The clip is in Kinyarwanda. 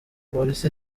polisi